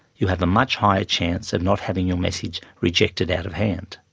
you have a much higher chance of not having your message rejected out of hand.